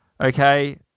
Okay